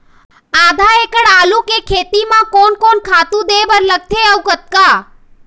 आधा एकड़ आलू के खेती म कोन कोन खातू दे बर लगथे अऊ कतका?